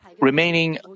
remaining